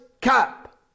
cap